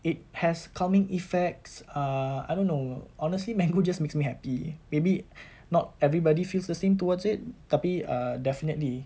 it has calming effects uh I don't know honestly mango just makes me happy maybe not everybody feels the same towards it tapi err definitely